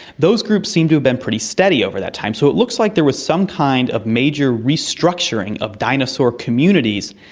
those groups seem to have been pretty steady over that time. so it looks like there was some kind of major restructuring of dinosaur communities,